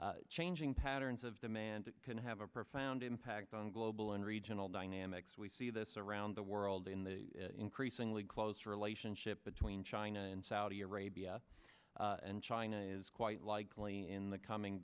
demand changing patterns of demand it can have a profound impact on global and regional dynamics we see this around the world in the increasingly close relationship between china and saudi arabia and china is quite likely in the coming